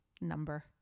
number